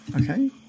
Okay